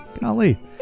golly